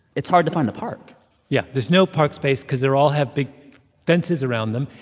it's hard to find a park yeah, there's no park space because they're all have big fences around them.